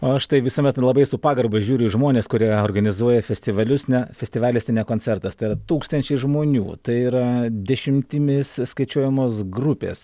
o aš tai visuomet labai su pagarba žiūriu į žmones kurie organizuoja festivalius ne festivalis tai ne koncertas tai yra tūkstančiai žmonių tai yra dešimtimis skaičiuojamos grupės